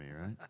right